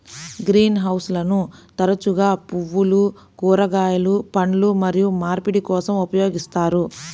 green హౌస్లను తరచుగా పువ్వులు, కూరగాయలు, పండ్లు మరియు మార్పిడి కోసం ఉపయోగిస్తారు